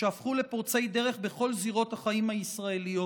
שהפכו לפורצי דרך בכל זירות החיים הישראליות: